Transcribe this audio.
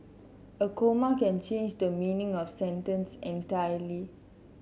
a comma can change the meaning of sentence entirely